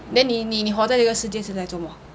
then 你你活在这个世界是来做莫